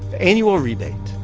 annual rebate?